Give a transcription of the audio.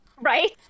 Right